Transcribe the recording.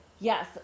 yes